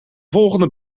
volgende